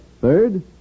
Third